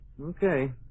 Okay